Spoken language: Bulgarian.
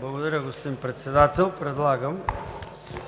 Благодаря, господин Председател. Предлагам